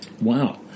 Wow